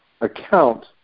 account